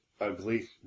ugly